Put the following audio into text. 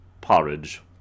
porridge